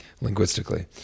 linguistically